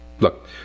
Look